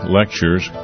lectures